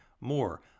more